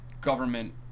government